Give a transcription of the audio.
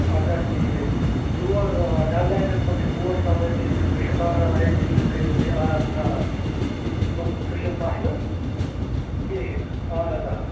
اَچھا ٹھیٖک یور آ ڈل لیٚکَس ما چھُو بوٹ سوٲۍ تہِ ہیٚکِو تُہۍ شِکارا رایِڈ تہِ ہیٚکِو کَرِتھ تُہۍ آرام سان وۅنی سُہ چھُنہٕ مسلہٕ کِہیٖنٛۍ نہَ آہَن حظ آ